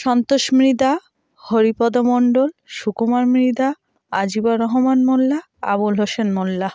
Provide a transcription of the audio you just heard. Santosh Mridha Haripada Mondal Sukumar Mridha Ajibar Rahman Molla Abul Hossain Molla